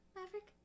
Maverick